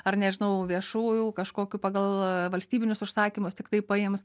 ar nežinau viešųjų kažkokių pagal valstybinius užsakymus tiktai paims